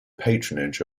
patronage